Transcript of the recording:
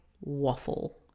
waffle